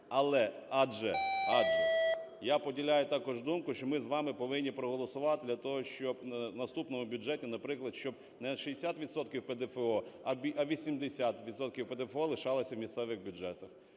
бюджетів. Адже я поділяю також думку, що ми з вами повинні проголосувати для того, щоб в наступному бюджеті, наприклад, щоб не 60 відсотків ПДФО, а 80 відсотків ПДФО лишалося в місцевих бюджетах,